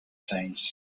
things